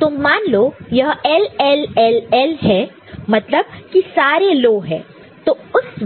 तो मान लो यह L L L L है मतलब की सारे लो हैं